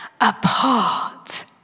apart